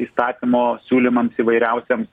įstatymo siūlymams įvairiausiems